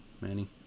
Manny